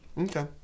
Okay